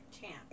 champ